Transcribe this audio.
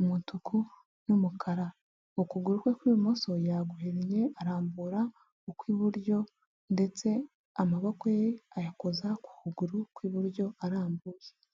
umutuku n'umukara, ukuguru kwe kw'ibumoso yaguhinnye, arambura ukw'iburyo ndetse amaboko ye ayakoza ku kuguru kw'iburyo arambuye.